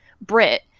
Brit